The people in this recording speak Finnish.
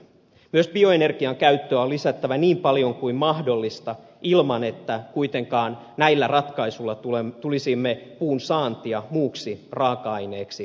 myös bioenergian käyttöä on lisättävä niin paljon kuin mahdollista ilman että kuitenkaan näillä ratkaisuilla tulisimme puun saantia muuksi raaka aineeksi vaarantamaan